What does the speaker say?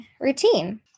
routine